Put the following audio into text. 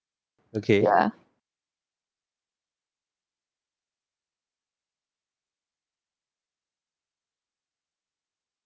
ya